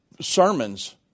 sermons